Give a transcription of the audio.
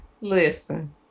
Listen